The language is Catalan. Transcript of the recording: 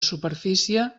superfície